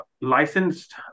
licensed